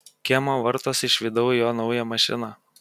kiemo vartuos išvydau jo naują mašiną